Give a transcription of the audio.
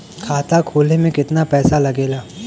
खाता खोले में कितना पैसा लगेला?